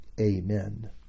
Amen